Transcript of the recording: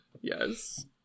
Yes